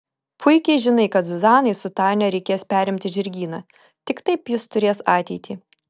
puikiai žinai kad zuzanai su tania reikės perimti žirgyną tik taip jis turės ateitį